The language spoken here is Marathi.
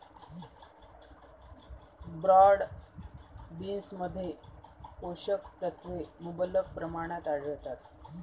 ब्रॉड बीन्समध्ये पोषक तत्वे मुबलक प्रमाणात आढळतात